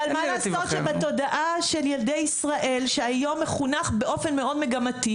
אבל מה לעשות שתודעת של ילדי ישראל מקבלת חינוך מאוד מגמתי.